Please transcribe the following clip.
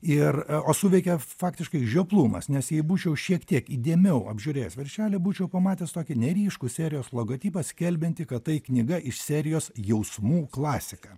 ir o suveikė faktiškai žioplumas nes jei būčiau šiek tiek įdėmiau apžiūrėjęs veršelį būčiau pamatęs tokį neryškų serijos logotipą skelbiantį kad tai knyga iš serijos jausmų klasika